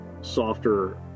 softer